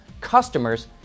customers